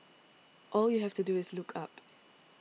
all you have to do is look up